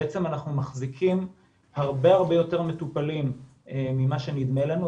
בעצם אנחנו מחזיקים הרבה יותר מטופלים ממה שנדמה לנו.